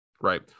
right